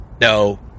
No